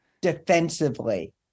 defensively